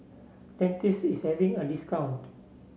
Dentiste is having a discount